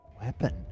Weapon